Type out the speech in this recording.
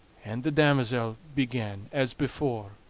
and the damosel began, as before,